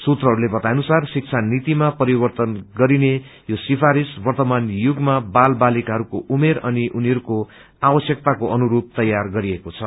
सूत्रहरूले बताए अनुसार शिक्षा नीतिमा परिवर्तन गरिने यो सिफारिश वर्तमान युगमा बाल बालिकाहरूको उमेर अनि उनीहरूको आवश्यकताको अनुरूप तयार गरिएको छ